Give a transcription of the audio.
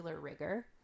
rigor